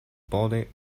body